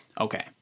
Okay